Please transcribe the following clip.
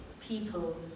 people